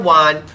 one